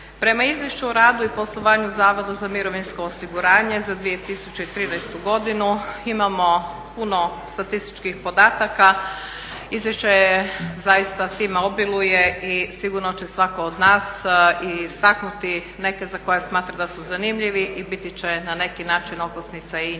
Prema izvješću o radu i poslovanju Zavoda za mirovinsko osiguranje za 2013. godinu imamo puno statističkih podataka. Izvješće zaista time obiluje i sigurno će svako od nas istaknuti neke za koje smatra da su zanimljivi i biti će na neki način okosnica i njegove